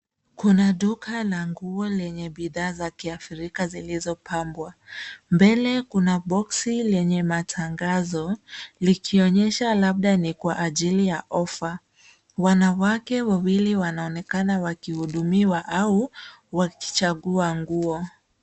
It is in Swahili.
Kuna duka la nguo lenye bidhaa za kiafrika zilizopambwa. Mbele kuna boksi lenye matangazo likionyesha labda ni kwa ajili ya ofa. Wanawake wawili wanaonekana wakihudumiwa au wakichagua nguo.